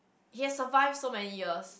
he has survived so many years